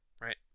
right